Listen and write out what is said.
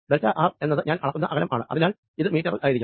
delta R എന്നത് ഞാൻ അളക്കുന്ന അകലം ആണ് അതിനാൽ ഇത് മീറ്ററിൽ ആയിരിക്കണം